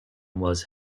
was